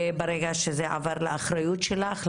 ברגע שזה עבר לאחריות שלך,